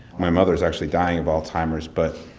my mother is actually dying of alzheimer's. but